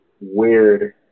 weird